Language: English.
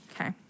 Okay